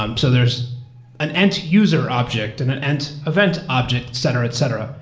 um so there's an end user object and an end event object, etc, etc.